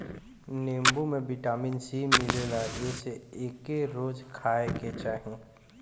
नीबू में vitamin C मिलेला एसे एके रोज खाए के चाही